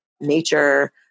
nature